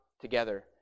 together